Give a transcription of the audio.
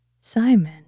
Simon